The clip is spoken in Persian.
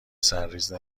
سرریز